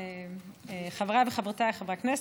חבריי וחברותיי חברי הכנסת,